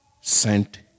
sent